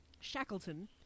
Shackleton